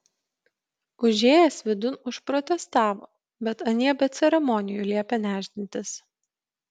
užėjęs vidun užprotestavo bet anie be ceremonijų liepė nešdintis